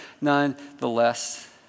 nonetheless